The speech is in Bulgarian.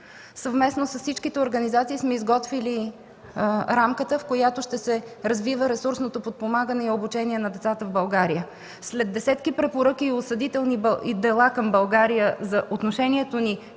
Съвместно с всичките организации сме изготвили рамката, в която ще се развива ресурсното подпомагане и обучение на децата в България. След десетки препоръки и осъдителни дела към България за отношението ни